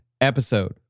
episode